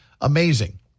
amazing